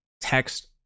text